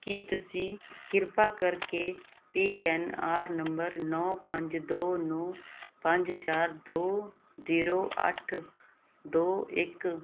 ਕੀ ਤੁਸੀਂ ਕਿਰਪਾ ਕਰਕੇ ਪੀ ਐੱਨ ਆਰ ਨੰਬਰ ਨੌਂ ਪੰਜ ਦੋ ਨੌਂ ਪੰਜ ਚਾਰ ਦੋ ਜ਼ੀਰੋ ਅੱਠ ਦੋ ਇੱਕ